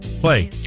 Play